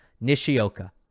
Nishioka